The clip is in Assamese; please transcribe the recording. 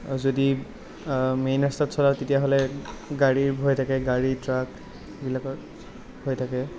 যদি মেইন ৰাস্তাত চলাওঁ তেতিয়াহ'লে গাড়ীৰ ভয় থাকে গাড়ী ট্ৰাক এইবিলাকৰ ভয় থাকে